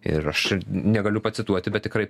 ir aš negaliu pacituoti bet tikrai